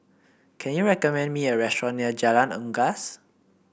can you recommend me a restaurant near Jalan Unggas